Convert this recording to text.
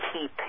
keep